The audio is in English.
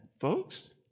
folks